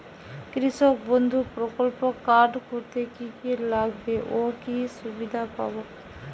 কৃষক বন্ধু প্রকল্প কার্ড করতে কি কি লাগবে ও কি সুবিধা পাব?